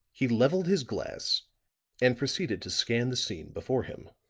he leveled his glass and proceeded to scan the scene before him.